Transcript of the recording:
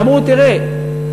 ואמרו: תראה,